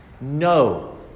No